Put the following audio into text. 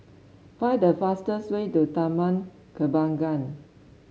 find the fastest way to Taman Kembangan